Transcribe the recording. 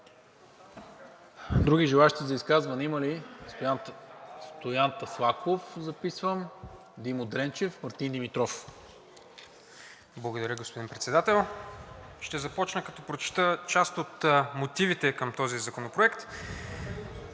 Други желаещи за изказвания има ли? Стоян Таслаков записвам, Димо Дренчев и Мартин Димитров. КЛИМЕНТ ШОПОВ (ВЪЗРАЖДАНЕ): Благодаря, господин Председател. Ще започна, като прочета част от мотивите към този законопроект: